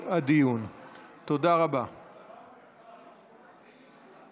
תודה רבה למזכירת